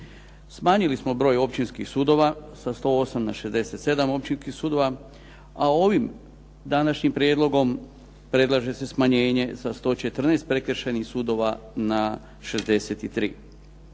Smanjili smo broj općinskih sudova sa 108 na 67 općinskih sudova, a ovim današnjim prijedlogom predlaže se smanjenje sa 114 prekršajnih sudova na 63.